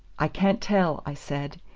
i can't tell, i said,